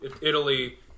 Italy